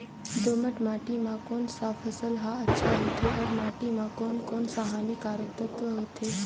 दोमट माटी मां कोन सा फसल ह अच्छा होथे अउर माटी म कोन कोन स हानिकारक तत्व होथे?